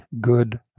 good